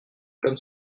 comme